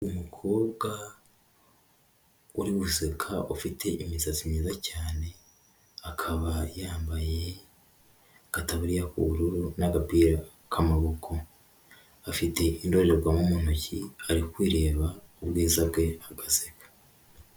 Umukobwa uri guseka ufite imisatsi myiza cyane, akaba yambaye agataburiya k'ubururu n'agapira k'amaboko, afite indorerwamo mu ntoki ari kwireba ubwiza bwe agaseka.